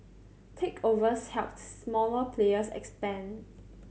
takeovers helped smaller players expand